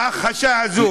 ההכחשה הזו.